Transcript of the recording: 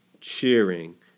cheering